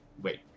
wait